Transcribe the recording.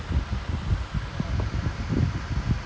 if cannot then I don't mind ditching but then